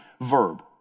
verb